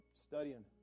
studying